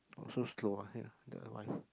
so slow ah here the WiFi